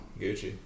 Gucci